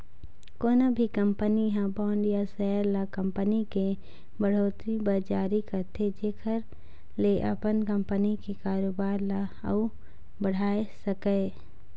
कोनो भी कंपनी ह बांड या सेयर ल कंपनी के बड़होत्तरी बर जारी करथे जेखर ले अपन कंपनी के कारोबार ल अउ बढ़ाय सकय